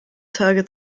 tage